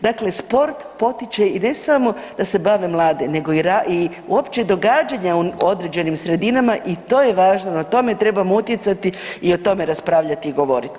Dakle, sport potiče i ne samo da se bave mlade, nego i uopće i događanja u određenim sredinama i to je važno, na tome trebamo utjecati i o tome raspravljati i govoriti.